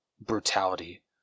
brutality